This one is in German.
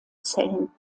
zellen